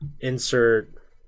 insert